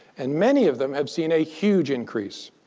and many of them have seen a huge increase.